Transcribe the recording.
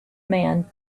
man